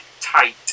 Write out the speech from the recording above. tight